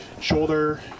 shoulder